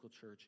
church